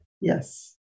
Yes